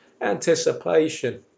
anticipation